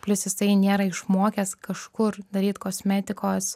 plius jisai nėra išmokęs kažkur daryt kosmetikos